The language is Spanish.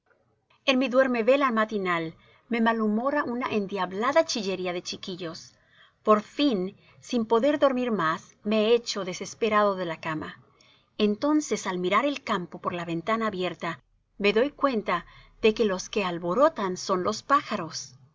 en mi duermevela matinal me malhumora una endiablada chillería de chiquillos por fin sin poder dormir más me echo desesperado de la cama entonces al mirar el campo por la ventana abierta me doy cuenta de que los que alborotan son los pájaros